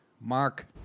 Mark